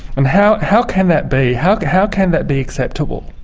and how how can that be? how can how can that be acceptable?